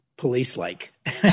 police-like